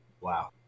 Wow